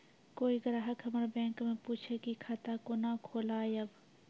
कोय ग्राहक हमर बैक मैं पुछे की खाता कोना खोलायब?